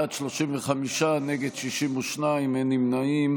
בעד, 35, נגד, 62, אין נמנעים.